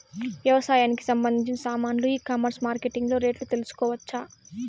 వ్యవసాయానికి సంబంధించిన సామాన్లు ఈ కామర్స్ మార్కెటింగ్ లో రేట్లు తెలుసుకోవచ్చా?